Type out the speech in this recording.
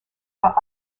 for